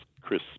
Chris